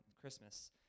Christmas